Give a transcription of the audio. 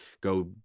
go